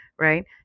right